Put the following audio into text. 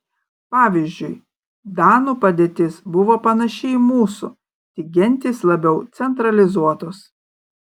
pavyzdžiui danų padėtis buvo panaši į mūsų tik gentys labiau centralizuotos